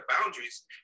boundaries